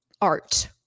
art